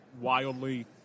wildly